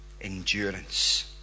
endurance